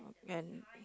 and